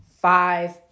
five